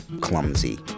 clumsy